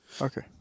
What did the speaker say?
Okay